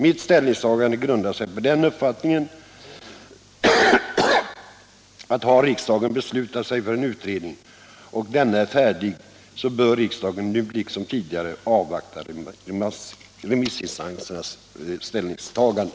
Mitt ställningstagande grundar sig på uppfattningen att har riksdagen beslutat sig för en utredning och denna är färdig bör riksdagen nu liksom tidigare avvakta remissinstansernas ställningstagande.